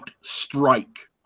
strike